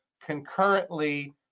concurrently